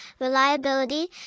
reliability